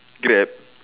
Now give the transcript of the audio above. Grab